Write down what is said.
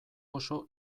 oso